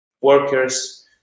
workers